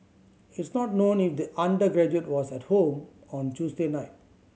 it's not known if the undergraduate was at home on Tuesday night